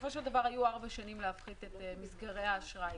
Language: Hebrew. בסופו של דבר היו ארבע שנים להפחית את מסגרות האשראי.